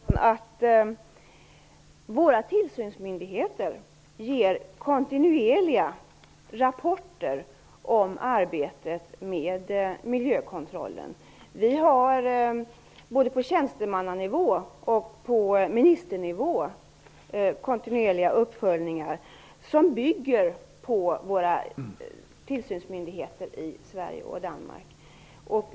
Herr talman! Jag kan berätta för Eva Eriksson att våra tillsynsmyndigheter avger kontinuerliga rapporter om arbetet med miljökontrollen. Vi har både på tjänstemannanivå och på ministernivå kontinuerliga uppföljningar som bygger på det arbete som görs av våra tillsynsmyndigheter i Sverige och i Danmark.